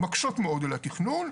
מקשות מאוד על התכנון.